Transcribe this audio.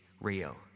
real